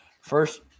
first –